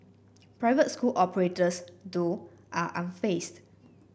private school operators though are unfazed